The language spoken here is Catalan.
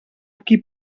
qui